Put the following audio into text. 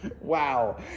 Wow